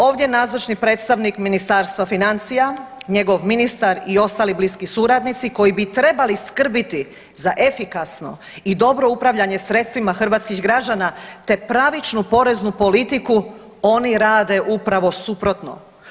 Ovdje nazočni predstavnik Ministarstva financija, njegov ministar i ostali bliski suradnici koji bi trebali skrbiti za efikasno i dobro upravljanje sredstvima hrvatskih građana te pravičnu poreznu politiku oni rade upravo suprotno.